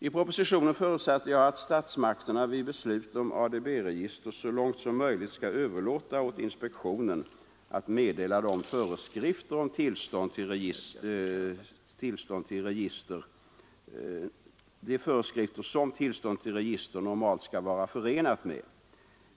I propositionen förutsatte jag att statsmakterna vid beslut om ADB-register så långt som möjligt skall överlåta åt inspektionen att meddela de föreskrifter som tillstånd till register normalt skall vara förenat med.